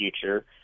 Future